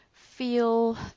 feel